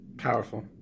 Powerful